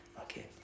okay